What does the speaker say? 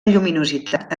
lluminositat